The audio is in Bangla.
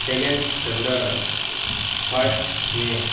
second February first May